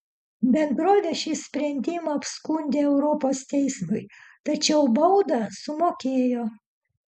bendrovė šį sprendimą apskundė europos teismui tačiau baudą sumokėjo